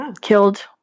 killed